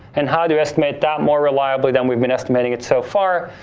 and how do you estimate that more reliably than we've been estimating it so far?